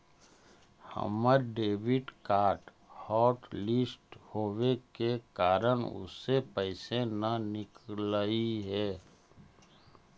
हमर debit card hotlist होवे के कारण उससे पैसे न निकलई हे